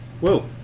Whoa